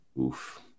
Oof